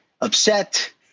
upset